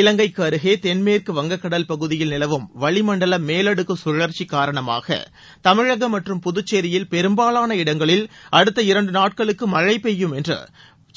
இவங்கைக்கு அருகே தென்மேற்கு வங்கக்கடல் பகுதியில் நிலவும் வளிமண்டல மேலடுக்கு கழற்சி காரணமாக தமிழகம் மற்றும் புதுச்சேரியில் பெரும்பாலான இடங்களில் அடுத்த இரண்டு நாட்களுக்கு மழை பெய்யும் என்று